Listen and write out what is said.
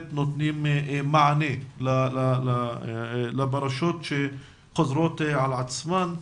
נותנים מענה לפרשות שחוזרות על עצמן.